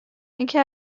اینکه